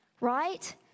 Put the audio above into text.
right